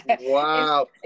Wow